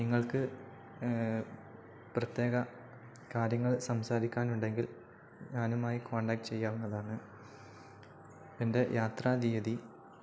നിങ്ങൾക്കു പ്രത്യേക കാര്യങ്ങൾ സംസാരിക്കാനുണ്ടെങ്കിൽ ഞാനുമായി കോൺടാക്ട് ചെയ്യാവുന്നതാണ് എൻ്റെ യാത്രാ തീയതി